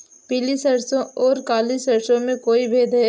पीली सरसों और काली सरसों में कोई भेद है?